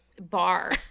bar